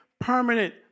permanent